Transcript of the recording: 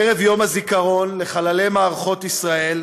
ערב יום הזיכרון לחללי מערכות ישראל,